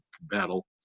battle